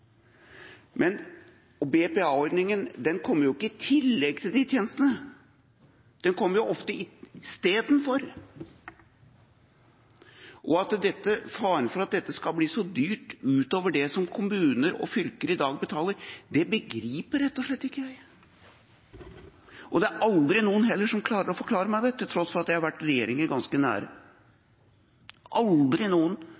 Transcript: Men BPA-ordninga kommer jo ikke i tillegg til de tjenestene – den kommer ofte istedenfor. Faren for at dette skal bli så dyrt, utover det som kommuner og fylker i dag betaler, begriper jeg rett og slett ikke. Det er heller ingen som klarer å forklare meg det, til tross for at jeg har vært regjeringa ganske nær. Det er aldri noen